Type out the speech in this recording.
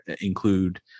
include